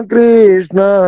Krishna